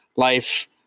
life